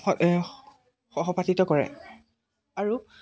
হয় সহপাঠীত কৰে আৰু